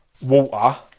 water